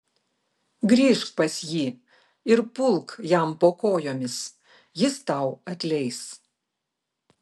grįžk pas jį ir pulk jam po kojomis jis tau atleis